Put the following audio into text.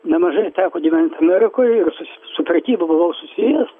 nemažai teko gyventi amerikoje ir su prekyba buvau susijęs